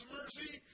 mercy